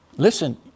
Listen